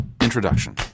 Introduction